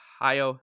ohio